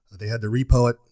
they had to repo it.